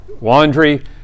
Laundry